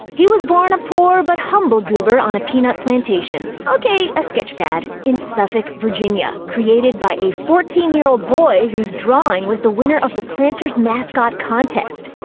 he was born a poor but humble goober on a peanut plantation okay, a sketchpad in suffolk, virginia, created by a fourteen year old boy whose drawing was the winner of the planters mascot contest.